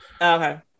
Okay